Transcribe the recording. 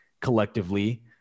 collectively